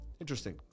Interesting